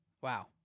Wow